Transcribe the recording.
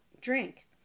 drink